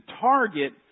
target